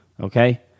okay